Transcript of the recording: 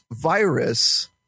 virus